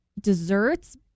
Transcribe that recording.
desserts